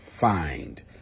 find